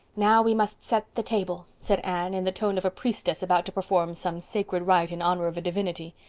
now, we must set the table, said anne, in the tone of a priestess about to perform some sacred rite in honor of a divinity.